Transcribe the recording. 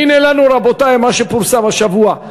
והנה לנו, רבותי, מה שפורסם השבוע.